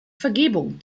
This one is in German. vergebung